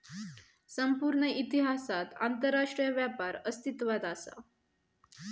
संपूर्ण इतिहासात आंतरराष्ट्रीय व्यापार अस्तित्वात असा